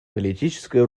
политическое